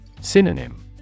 Synonym